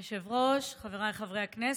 אדוני היושב-ראש, חבריי חברי הכנסת,